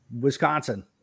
Wisconsin